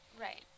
Right